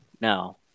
No